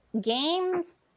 games